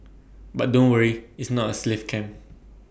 but don't worry its not A slave camp